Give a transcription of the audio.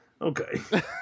Okay